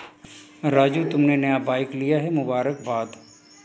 राजू तुमने नया बाइक लिया है मुबारकबाद